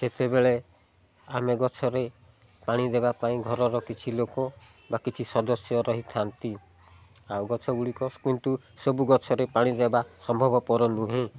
ସେତେବେଳେ ଆମେ ଗଛରେ ପାଣି ଦେବା ପାଇଁ ଘରର କିଛି ଲୋକ ବା କିଛି ସଦସ୍ୟ ରହିଥାନ୍ତି ଆଉ ଗଛ ଗୁଡ଼ିକ କିନ୍ତୁ ସବୁ ଗଛରେ ପାଣି ଦେବା ସମ୍ଭବପର ନୁହେଁ